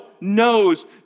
knows